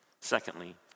Secondly